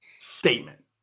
statement